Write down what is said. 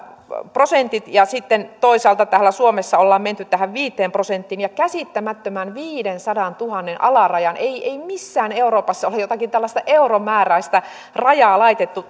prosentit ja sitten toisaalta täällä suomessa ollaan menty tähän viiteen prosenttiin ja käsittämättömään viidensadantuhannen ylärajaan ei missään euroopassa ole jotakin tällaista euromääräistä ylärajaa laitettu